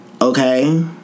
okay